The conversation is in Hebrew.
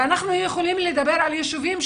אנחנו יכולים לדבר על ישובים,